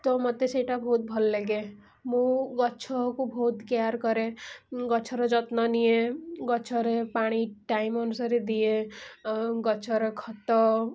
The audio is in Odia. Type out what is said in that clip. ତ ମୋତେ ସେଇଟା ବହୁତ ଭଲ ଲାଗେ ମୁଁ ଗଛକୁ ବହୁତ କେୟାର୍ କରେ ଗଛର ଯତ୍ନ ନିଏ ଗଛରେ ପାଣି ଟାଇମ୍ ଅନୁସାରେ ଦିଏ ଗଛର ଖତ